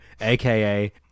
AKA